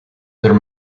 there